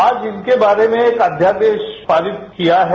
आज इनके बारे में एक अध्यादेश पारित किया है